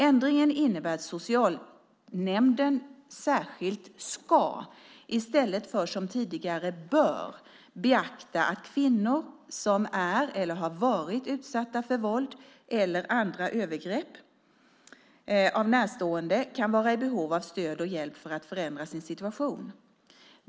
Ändringen innebär att socialnämnden särskilt ska, i stället för som tidigare bör, beakta att kvinnor som är eller har varit utsatta för våld eller andra övergrepp av närstående kan vara i behov av stöd och hjälp för att förändra sin situation.